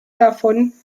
davon